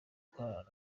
kurarana